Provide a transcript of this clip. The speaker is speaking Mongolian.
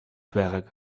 байгааг